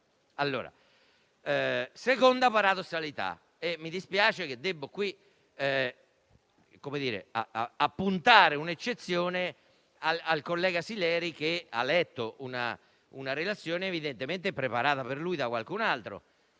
una seconda paradossalità e mi dispiace in questo caso dover appuntare un'eccezione rivolta al collega Sileri, che ha letto una relazione evidentemente preparata per lui da qualcun altro.